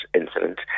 incident